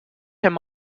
him